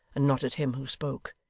and not at him who spoke.